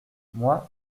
moi